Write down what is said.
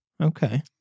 Okay